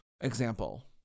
example